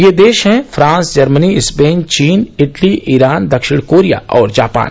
ये देश हैं फ्रांस जर्मनी स्पेन चीन इटली ईरान दक्षिण कोरिया और जापान